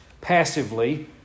passively